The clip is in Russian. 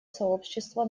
сообщества